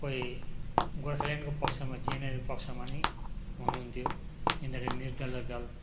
कोही गोर्खाल्यान्डको पक्षमा जिएनएलएलएफको पक्षमा नि हुनुहुन्थ्यो यिनीहरू निर्दलीय दल